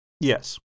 Yes